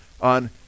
on